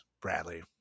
Bradley